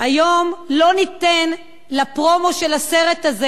היום לא ניתן לפרומו של הסרט הזה,